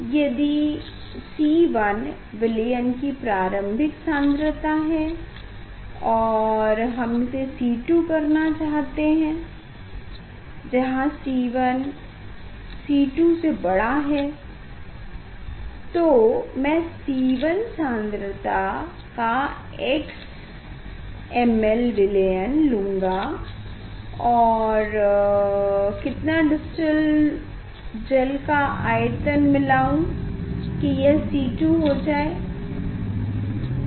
यदि C1 विलयन की प्रारंभिक सान्द्रता है और हम इसे C2 करना चाहते हैं जहाँ C1 C2 से बड़ा है तो मै C1 सान्द्रता का x ml विलयन लूँगा और कितना डिस्टिलड जल का आयतन मिलाऊ की यह C2 हो जाए